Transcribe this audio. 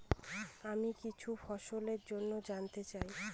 আমি কিছু ফসল জন্য জানতে চাই